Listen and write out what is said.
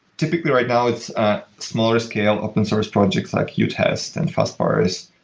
typically, right now, it's a smaller scale open source projects like utest and fastprase,